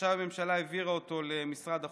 שעכשיו הממשלה העבירה אותו למשרד החוץ,